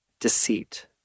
deceit